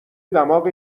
دماغ